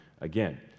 again